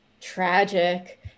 tragic